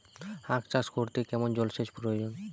আখ চাষ করতে কেমন জলসেচের প্রয়োজন?